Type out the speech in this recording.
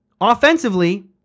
Offensively